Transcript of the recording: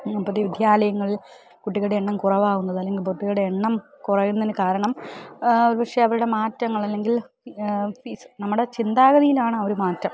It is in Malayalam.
പൊതു വിദ്യാലയങ്ങളിൽ കുട്ടികളുടെ എണ്ണം കുറവാകുന്നത് അല്ലെങ്കിൽ കുട്ടികളുടെ എണ്ണം കുറയുന്നതിന് കാരണം പക്ഷേ അവരുടെ മാറ്റങ്ങൾ അല്ലെങ്കിൽ ഫീസ് നമ്മുടെ ചിന്താഗതിയിലാണ് ആ ഒരു മാറ്റം